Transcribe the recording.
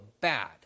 bad